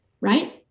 right